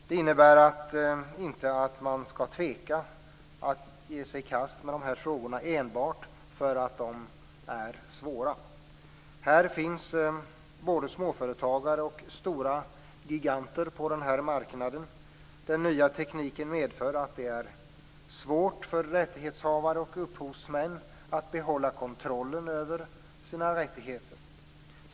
Det innebär inte att man skall tveka att ge sig i kast med dessa frågor enbart därför att de är svåra. Här finns både småföretagare och stora giganter på marknaden. Den nya tekniken medför att det är svårt för rättighetshavare och upphovsmän att behålla kontrollen över sina rättigheter.